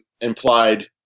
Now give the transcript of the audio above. implied